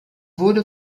wurde